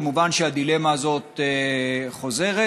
כמובן הדילמה הזאת חוזרת.